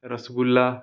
rasgulla